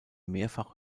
mehrfach